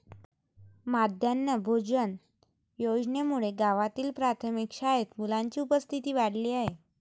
माध्यान्ह भोजन योजनेमुळे गावातील प्राथमिक शाळेत मुलांची उपस्थिती वाढली आहे